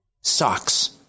Socks